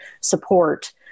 support